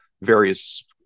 various